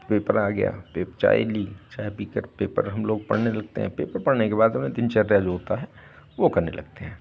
paper आ गया चाय ली चाय पीकर पेपर हम लोग पढ़ने लगते हैं पेपर पढ़ने के बाद में दिनचर्या जो होता है वो करने लगते हैं